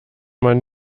man